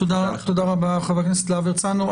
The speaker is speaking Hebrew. תודה רבה, חבר הכנסת להב הרצנו.